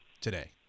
today